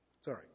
Sorry